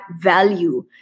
value